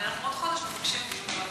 ובעוד חודש מבקשים דיון בוועדה.